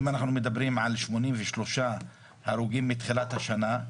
אם אנחנו מדברים על 83 הרוגים מתחילת השנה,